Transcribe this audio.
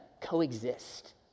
coexist